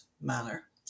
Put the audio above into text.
manner